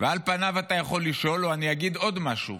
ועל פניו אתה יכול לשאול, או אני אגיד עוד משהו: